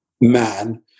man